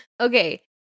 Okay